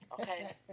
Okay